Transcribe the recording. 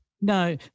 No